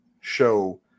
show